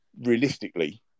realistically